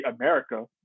America